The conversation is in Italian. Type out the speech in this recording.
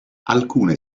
alcune